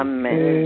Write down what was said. Amen